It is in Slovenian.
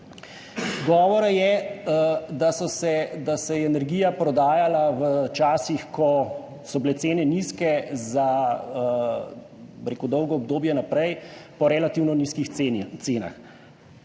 govora je, da se je energija prodajala v časih, ko so bile cene nizke, za dolgo obdobje naprej po relativno nizkih cenah.